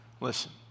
Listen